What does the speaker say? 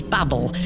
Bubble